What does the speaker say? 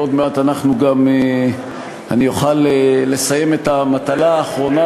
ועוד מעט אוכל לסיים את המטלה האחרונה